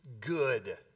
good